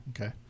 Okay